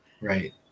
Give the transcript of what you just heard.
right